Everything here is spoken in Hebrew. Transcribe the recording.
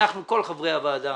כל חברי הוועדה